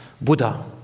Buddha